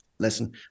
Listen